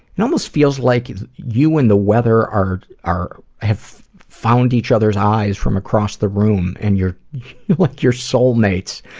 and almost feels like you and the weather are, are, have found each other's eyes from across the room, and you're and like you're soulmates,